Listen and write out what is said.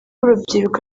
urubyiruko